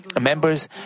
members